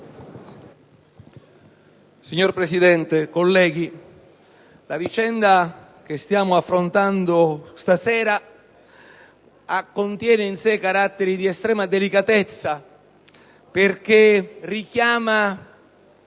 Signor Presidente, onorevoli colleghi, la vicenda che stiamo affrontando contiene in sé caratteri di estrema delicatezza perché richiama